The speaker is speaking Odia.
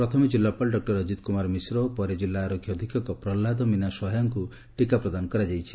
ପ୍ରଥମେ ଜିଲ୍ଲାପାଳ ଡକ୍ଟର ଅଜିତ୍ କୁମାର ମିଶ୍ର ଓ ପରେ ଜିଲ୍ଲା ଆରକ୍ଷୀ ଅଧୀକ୍ଷକ ପ୍ରହଲ୍ଲାଦ ମୀନା ସହାୟଙ୍କୁ ଟିକା ପ୍ରଦାନ କରାଯାଇଛି